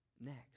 next